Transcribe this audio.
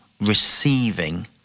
receiving